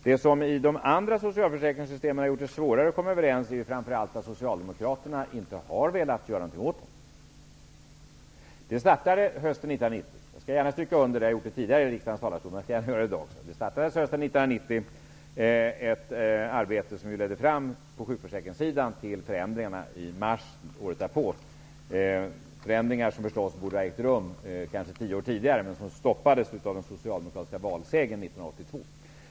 Det som i de andra socialförsäkringssystemen har gjort det svårare att komma överens är framför allt att Socialdemokraterna inte har velat göra något åt dem. Hösten 1990 startade -- jag har tidigare i riksdagens talarstol understrukit detta och gör det också i dag -- ett arbete på sjukförsäkringssidan som ledde fram till de förändringar som skedde i mars året därpå. Dessa förändringar borde förstås ha ägt rum kanske tio år tidigare. Men de stoppades av den socialdemokratiska valsegern 1982.